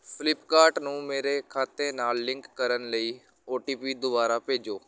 ਫਲਿੱਪਕਾਟ ਨੂੰ ਮੇਰੇ ਖਾਤੇ ਨਾਲ ਲਿੰਕ ਕਰਨ ਲਈ ਓ ਟੀ ਪੀ ਦੁਬਾਰਾ ਭੇਜੋ